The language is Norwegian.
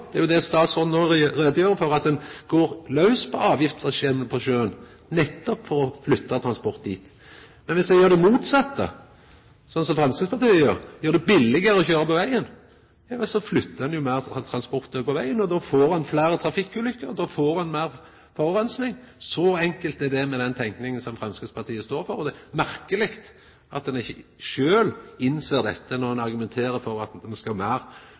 det er jo det statsråden no gjer greie for, at ein går laus på avgiftsregimet på sjøen, nettopp for å flytta transporten dit. Men dersom me gjer det motsette, slik som Framstegspartiet vil – gjera det billigare å køyra på vegen – flyttar ein jo meir transport over på vegen. Då får ein fleire trafikkulykker, og då får ein meir forureining. Så enkelt er det med den tenkinga som Framstegspartiet står for. Det er merkeleg at ein ikkje sjølv innser dette når ein argumenterer for at ein skal ha meir